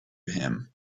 him